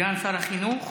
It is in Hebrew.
סגן שר החינוך